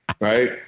right